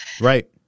Right